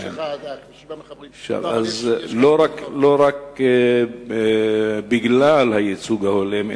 אז לא רק בגלל הייצוג ההולם,